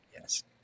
Yes